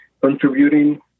contributing